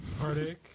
Heartache